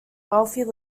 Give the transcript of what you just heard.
wealthy